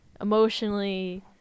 emotionally